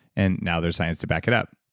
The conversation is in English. and now there's science to back it up.